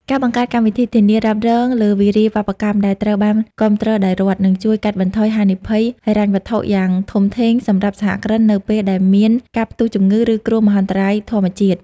ការបង្កើតកម្មវិធីធានារ៉ាប់រងលើវារីវប្បកម្មដែលត្រូវបានគាំទ្រដោយរដ្ឋ នឹងជួយកាត់បន្ថយហានិភ័យហិរញ្ញវត្ថុយ៉ាងធំធេងសម្រាប់សហគ្រិននៅពេលដែលមានការផ្ទុះជំងឺ ឬគ្រោះមហន្តរាយធម្មជាតិ។